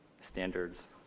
standards